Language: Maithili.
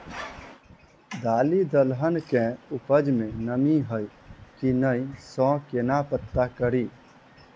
दालि दलहन केँ उपज मे नमी हय की नै सँ केना पत्ता कड़ी?